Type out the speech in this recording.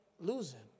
losing